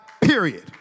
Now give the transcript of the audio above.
period